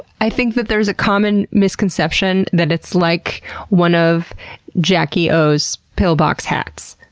i think that there's a common misconception that it's like one of jackie o's pillbox hats.